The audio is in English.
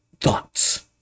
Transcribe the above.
thoughts